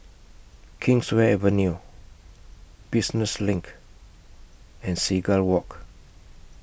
Kingswear Avenue Business LINK and Seagull Walk